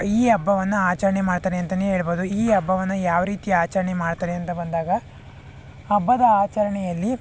ಈ ಹಬ್ಬವನ್ನು ಆಚರಣೆ ಮಾಡ್ತಾರೆ ಅಂತಲೇ ಹೇಳ್ಬೋದು ಈ ಹಬ್ಬವನ್ನು ಯಾವ ರೀತಿ ಆಚರಣೆ ಮಾಡ್ತಾರೆ ಅಂತ ಬಂದಾಗ ಹಬ್ಬದ ಆಚರಣೆಯಲ್ಲಿ